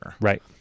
Right